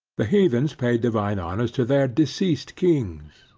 the heathens paid divine honors to their deceased kings,